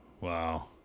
Wow